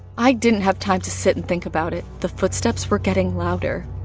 i didn't have time to sit and think about it. the footsteps were getting louder.